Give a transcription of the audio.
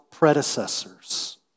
predecessors